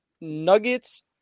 Nuggets